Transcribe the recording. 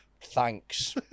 thanks